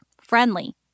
friendly